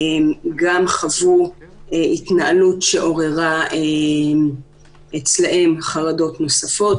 גם חוו התנהלות שעוררה אצלם חרדות נוספות.